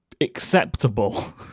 acceptable